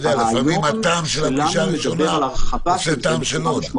לפעמים הטעם של הפגישה הראשונה עושה טעם של עוד.